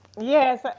Yes